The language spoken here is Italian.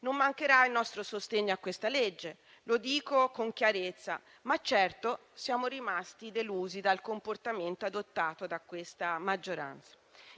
non mancherà il nostro sostegno a questo disegno di legge, lo dico con chiarezza, ma certo siamo rimasti delusi dal comportamento adottato da questa maggioranza.